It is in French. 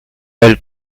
elles